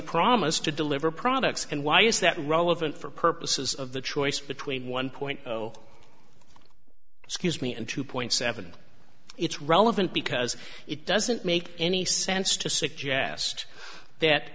promise to deliver products and why is that relevant for purposes of the choice between one point zero excuse me and two point seven it's relevant because it doesn't make any sense to suggest that